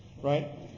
Right